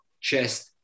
chest